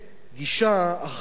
גישה אחראית,